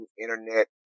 internet